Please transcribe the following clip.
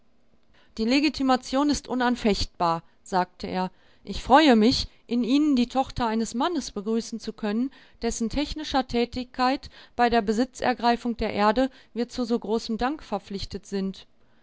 die legitimation ist unanfechtbar sagte er ich freue mich in ihnen die tochter eines mannes begrüßen zu können dessen technischer tätigkeit bei der besitzergreifung der erde wir zu so großem dank verpflichtet sind